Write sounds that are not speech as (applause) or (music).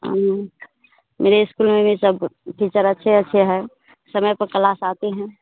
(unintelligible) मेरे स्कूल में भी सब टीचर अच्छे अच्छे हैं समय पर क्लास आते हैं